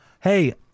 hey